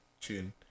tune